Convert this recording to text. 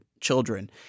children